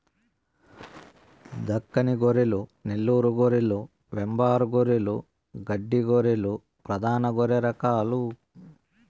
దక్కని గొర్రెలు, నెల్లూరు గొర్రెలు, వెంబార్ గొర్రెలు, గడ్డి గొర్రెలు ప్రధాన గొర్రె రకాలు